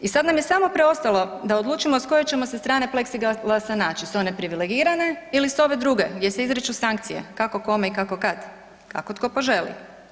I sada nam je samo preostalo da odlučimo s koje ćemo se strane pleksiglasa naći, s one privilegirane ili s ove druge gdje se izriču sankcije, kako kome i kako kad, kako tko poželi.